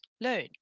learn